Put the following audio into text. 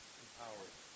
empowered